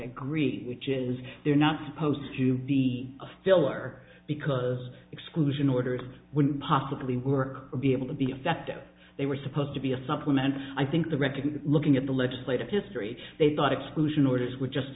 agree which is they're not supposed to be a filler because exclusion orders would possibly work or be able to be accepted they were supposed to be a supplement i think the record looking at the legislative history they thought exclusion orders were just